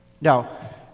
now